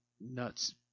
Nuts